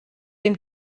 den